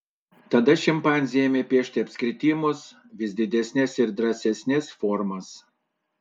tada šimpanzė ėmė piešti apskritimus vis didesnes ir drąsesnes formas